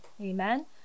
amen